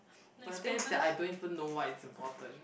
but the thing is that I don't even know what is important